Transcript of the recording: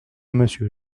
monsieur